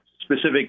specific